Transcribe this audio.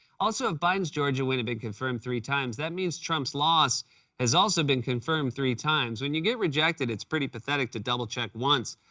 also, if biden's georgia win has been confirmed three times, that means trump's loss has also been confirmed three times. when you get rejected, it's pretty pathetic to double-check once,